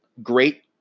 great